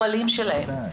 למטופלים שלהם.